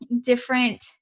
different